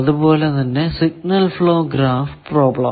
അതുപോലെ തന്നെ signal flow graph problem